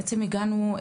בעצם הגענו,